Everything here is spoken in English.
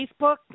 Facebook